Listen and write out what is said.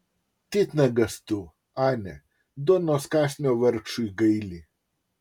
titnagas tu ane duonos kąsnio vargšui gaili